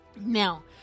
Now